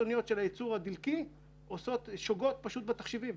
פשוט שוגות בתחשיבים.